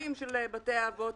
הפרסומים של בתי האבות